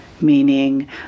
meaning